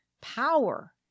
power